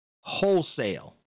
wholesale